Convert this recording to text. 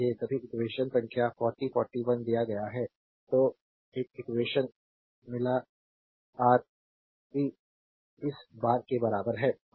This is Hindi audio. ये सभी इक्वेशन संख्या 40 41 दिया गया है तो एक इक्वेशन मिला रा आर सी इस एक के बराबर है